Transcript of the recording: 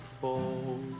fall